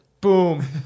boom